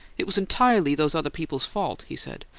it was entirely those other people's fault, he said.